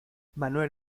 manuel